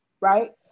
right